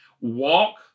walk